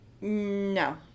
No